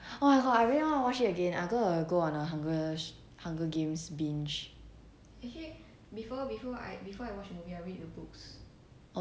oh my god I really wanna watch it again I'll go I'll go on a hun~ hunger games binge